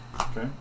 Okay